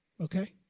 okay